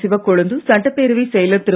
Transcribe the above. சிவக்கொழுந்து சட்டப்பேரவை செயலர் திரு